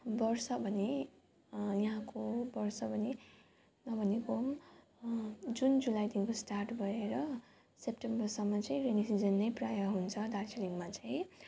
वर्षा भने यहाँको वर्षा भने नभनेको जुन जुलाईदेखिको स्टार्ट भएर सेप्टेम्बरसम्म चाहिँ रेनी सिजन नै प्रायः हुन्छ दार्जिलिङमा चाहिँ